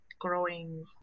growing